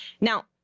Now